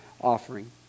offering